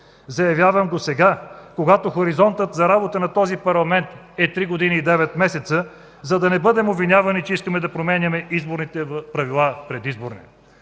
Заявявам го сега, когато хоризонтът за работа на този парламент е три години и девет месеца, за да не бъдем обвинявани, че искаме да променяме изборните правила предизборно.